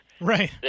Right